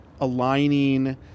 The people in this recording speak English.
aligning